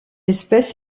espèce